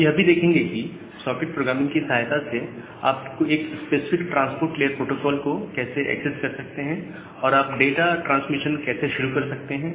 हम यह भी देखेंगे कि सॉकेट प्रोग्रामिंग की सहायता से आप एक स्पेसिफिक ट्रांसपोर्ट लेयर प्रोटोकोल को कैसे एक्सेस कर सकते हैं और आप डाटा ट्रांसमिशन कैसे शुरू कर सकते हैं